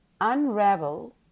unravel